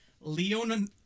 Leon